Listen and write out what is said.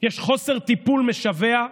יש חוסר טיפול משווע.